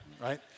right